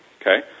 okay